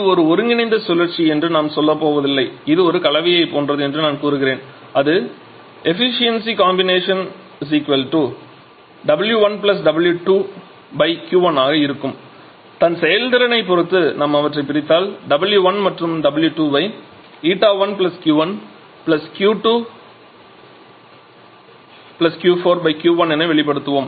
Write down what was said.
இது ஒரு ஒருங்கிணைந்த சுழற்சி என்று நான் சொல்லப்போவதில்லை இது ஒரு கலவையைப் போன்றது என்று நான் கூறுவேன் அது 𝜂𝐶𝑜𝑚𝑏𝑊1 𝑊 2 𝑄1 ஆக இருக்கும் தன் செயல்திறனைப் பொறுத்து நாம் அவற்றைப் பிரித்தால் W1 மற்றும் W2 வை 𝜂1 𝑄1 𝜂2 𝑄4 𝑄1 என வெளிபடுத்துவோம்